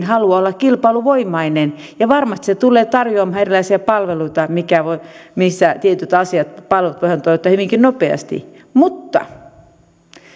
haluaa olla kilpailuvoimainen ja varmasti se tulee tarjoamaan erilaisia palveluita niin että tietyt asiat ja palvelut voidaan toimittaa hyvinkin nopeasti mutta